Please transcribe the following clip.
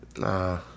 Nah